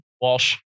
Walsh